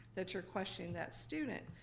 that you're questioning that student.